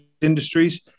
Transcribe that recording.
industries